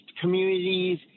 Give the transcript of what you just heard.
communities